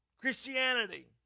Christianity